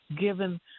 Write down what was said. given